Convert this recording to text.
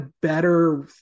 better